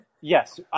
Yes